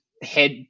head